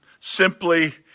simply